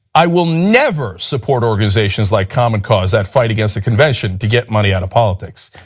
i will never support organizations like common cause that fight against a convention to get money out of politics.